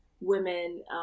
women